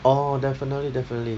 orh definitely definitely